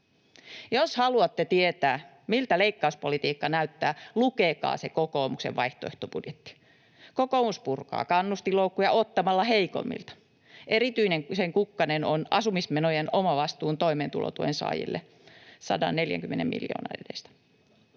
Jos haluatte tietää, miltä leikkauspolitiikka näyttää, lukekaa se kokoomuksen vaihtoehtobudjetti. Kokoomus purkaa kannustinloukkuja ottamalla heikommilta. Sen erityinen kukkanen on asumismenojen omavastuu toimeentulotuen saajille 140 miljoonan edestä,